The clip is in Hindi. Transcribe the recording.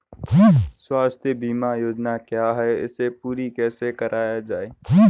स्वास्थ्य बीमा योजना क्या है इसे पूरी कैसे कराया जाए?